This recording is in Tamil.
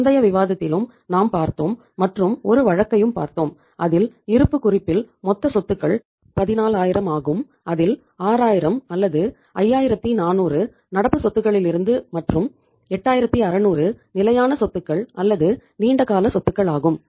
முந்தைய விவாதத்திலும் நாம் பார்த்தோம் மற்றும் ஒரு வழக்கையும் பார்த்தோம் அதில் இருப்புக் குறிப்பில் மொத்த சொத்துக்கள் 14000 ஆகும் அதில் 6000 அல்லது 5400 நடப்பு சொத்துக்களிலிருந்து மற்றும் 8600 நிலையான சொத்துக்கள் அல்லது நீண்ட கால சொத்துகள் ஆகும்